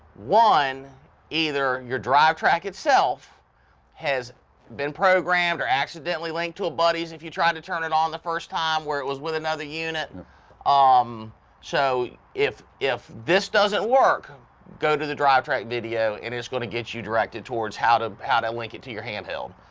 one either your drive track itself has been programmed or accidentally linked to a buddies if you try to turn it on the first time where it was with another unit. and um so if if this doesn't work go to the drive track video and it's gonna get you directed towards how to how to link it to your handheld.